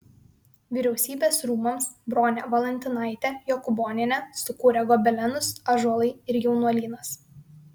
vyriausybės rūmams bronė valantinaitė jokūbonienė sukūrė gobelenus ąžuolai ir jaunuolynas